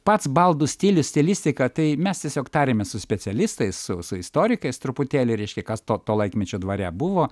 pats baldų stilius stilistika tai mes tiesiog tarėmės su specialistais su su istorikais truputėlį reiškia kas to laikmečio dvare buvo